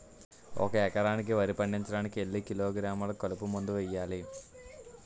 ఒక ఎకర వరి పండించటానికి ఎన్ని కిలోగ్రాములు కలుపు మందు వేయాలి?